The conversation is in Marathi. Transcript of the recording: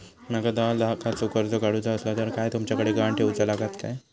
माका दहा लाखाचा कर्ज काढूचा असला तर काय तुमच्याकडे ग्हाण ठेवूचा लागात काय?